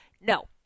No